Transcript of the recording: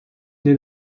naît